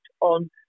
on